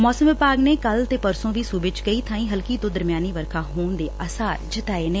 ਮੌਸਮ ਵਿਭਾਗ ਨੇ ਕੱਲ੍ਹ ਤੇ ਪਰਸੋਂ ਵੀ ਸੂਬੇ ਚ ਕਈ ਥਾਈਂ ਹਲਕੀ ਤੋਂ ਦਰਮਿਆਨੀ ਵਰਖਾ ਹੋਣ ਦੇ ਅਸਾਰ ਜਤਾਏ ਨੇ